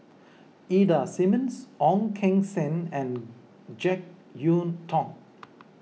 Ida Simmons Ong Keng Sen and Jek Yeun Thong